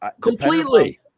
completely